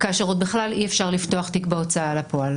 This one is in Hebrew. כאשר עוד בכלל אי-אפשר לפתוח תיק בהוצאה לפועל.